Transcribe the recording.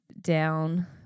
down